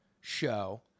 show